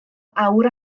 awr